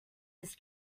his